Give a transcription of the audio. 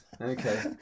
Okay